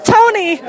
Tony